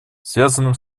связанным